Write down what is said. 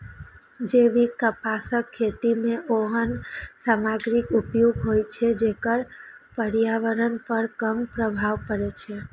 जैविक कपासक खेती मे ओहन सामग्रीक उपयोग होइ छै, जेकर पर्यावरण पर कम प्रभाव पड़ै छै